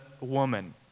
woman